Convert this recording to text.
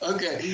Okay